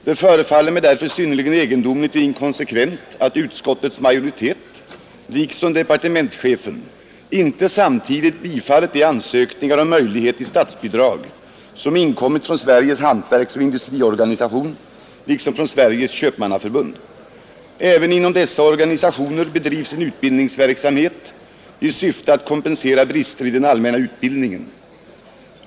Det förefaller mig därför synnerligen egendomligt och inkonsekvent att utskottets majoritet — liksom departementschefen — inte samtidigt biträtt de ansökningar om möjlighet till statsbidrag som inkommit från Sveriges hantverksoch industriorganisation liksom från Sveriges köpmannaförbund. Även inom dessa organisationer bedrivs en utbildningsverksamhet i syfte att kompensera brister i den allmänna utbildningen.